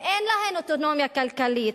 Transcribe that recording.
אם אין להן אוטונומיה כלכלית,